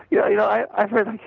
yeah you know, i heard